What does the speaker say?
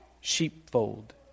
sheepfold